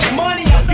money